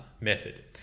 method